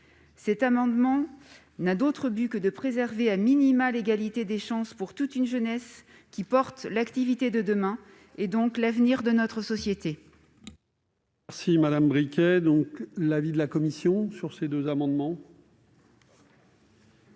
Cet amendement n'a pas d'autre objet que de préserver l'égalité des chances pour toute une jeunesse qui porte l'activité de demain, donc l'avenir de notre société.